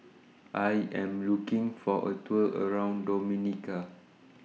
I Am looking For A Tour around Dominica